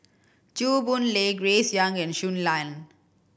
Chew Boon Lay Grace Young and Shui Lan